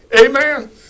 Amen